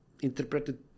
interpreted